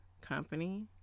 company